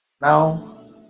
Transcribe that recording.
Now